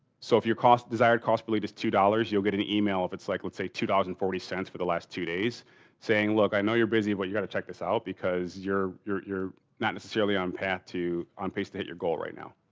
so, if your cost, desired cost per lead is two dollars, you'll get an email if it's like let's say two dollars and forty cents for the last two days saying look, i know you're busy, but you got to check this out because you're not necessarily on path to, on pace to hit your goal right now.